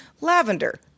lavender